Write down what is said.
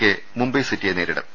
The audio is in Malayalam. കെ മുംബൈ സിറ്റിയെ നേരിടും